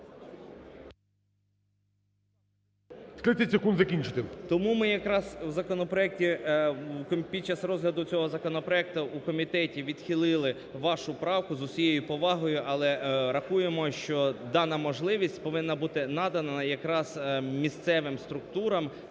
Тому ми якраз в законопроекті, під час розгляду цього законопроекту у комітеті, відхили вашу правку з усією повагою, але рахуємо, що дана можливість повинна бути надана якраз місцевим структурам